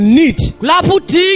need